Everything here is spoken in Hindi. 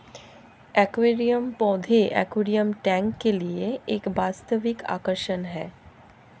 एक्वेरियम पौधे एक्वेरियम टैंक के लिए एक वास्तविक आकर्षण है